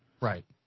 Right